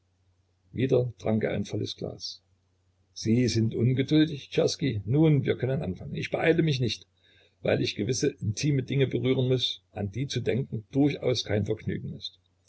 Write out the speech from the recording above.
wieder trank er ein volles glas sind sie ungeduldig czerski nun wir können anfangen ich beeile mich nicht weil ich gewisse intime dinge berühren muß an die zu denken durchaus kein vergnügen ist